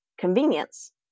convenience